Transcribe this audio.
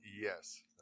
Yes